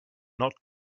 not